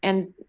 and,